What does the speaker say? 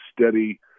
steady